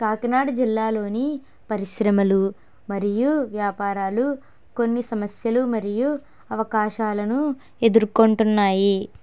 కాకినాడ జిల్లాలోని పరిశ్రమలు మరియు వ్యాపారాలు కొన్ని సమస్యలు మరియు అవకాశాలను ఎదుర్కొంటున్నాయి